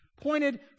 pointed